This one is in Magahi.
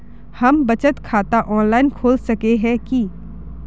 हम बचत खाता ऑनलाइन खोल सके है की?